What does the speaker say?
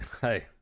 Hey